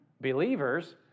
Believers